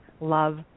Love